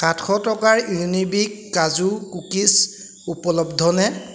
সাতশ টকাৰ ইউনিবিক কাজু কুকিজ উপলব্ধ নে